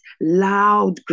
loud